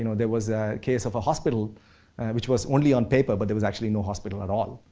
you know there was a case of a hospital which was only on paper but there was actually no hospital at all.